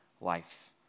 life